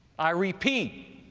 i repeat,